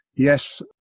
yes